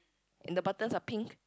the buttons are pink